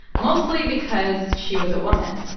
mostly because she was a woman.